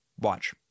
Watch